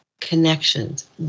connections